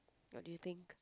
what do you think